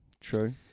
true